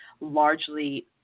largely